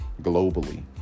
globally